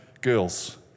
girls